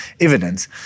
evidence